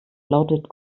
lautet